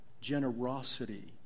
Generosity